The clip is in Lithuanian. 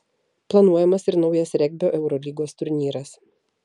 planuojamas ir naujas regbio eurolygos turnyras